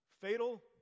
Fatal